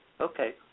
okay